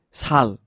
sal